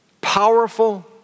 powerful